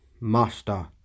Master